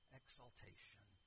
exaltation